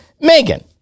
Megan